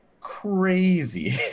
crazy